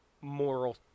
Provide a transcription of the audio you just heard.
Moral